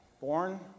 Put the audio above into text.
born